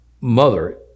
mother